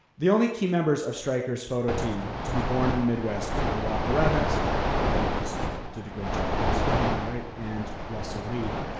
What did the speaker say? the only key members of stryker's photo team to be born in the midwest were walker adams, who kerry just did a great job of explaining, and russell lee.